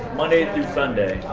monday through sunday,